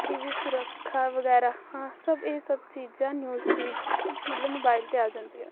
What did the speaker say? ਦੀ ਵੀ ਸੁਰੱਖਿਆ ਵਗੈਰਾ ਸਭ ਇਹ ਸਭ ਚੀਜ਼ਾਂ ਨਿਊਜ਼ ਫੀਡ ਮਤਲਬ ਮੋਬਾਇਲ 'ਤੇ ਆ ਜਾਂਦੀਆਂ